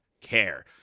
care